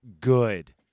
good